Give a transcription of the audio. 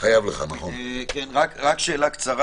שאלה קצרה